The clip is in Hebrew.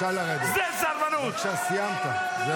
סרבנות זה אלה שאתם תומכים בהם לא להתגייס לצה"ל,